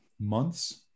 months